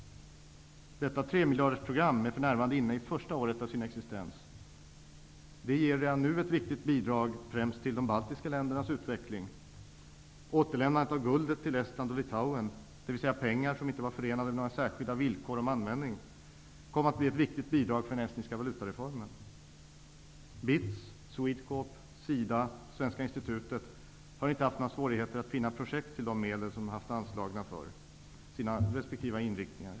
Detta tremiljardersprogram är för närvarande inne i första året av sin existens. Det ger redan nu ett viktigt bidrag främst till de baltiska ländernas utveckling. Återlämnandet av guldet till Estland och Litauen -- dvs. pengar som inte var förenade med några särskilda villkor om användning -- kom att bli ett viktigt bidrag till den estniska valutareformen. BITS, Swedecorp, SIDA och Svenska Institutet har inte haft några svårigheter att finna projekt till de medel som de haft anslagna för sina resp. inriktningar.